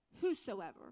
whosoever